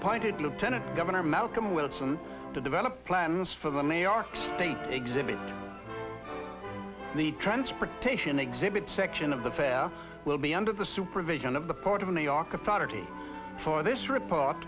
appointed lieutenant governor malcolm wilson to develop plans for the new york state exhibit the transportation exhibit section of the fair will be under the supervision of the port of new york authority for this report